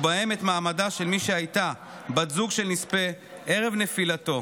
ובהם את מעמדה של מי שהייתה בת זוג של נספה ערב נפילתו,